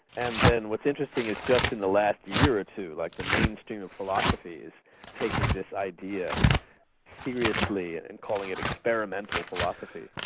and then what's interesting is just in the last year or two, like the mainstream of philosophy, is taking this idea seriously and and calling it experimental philosophy,